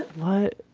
what?